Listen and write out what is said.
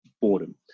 boredom